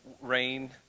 rain